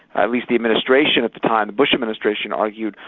at least the administration at the time, the bush administration, argued,